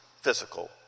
physical